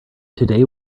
today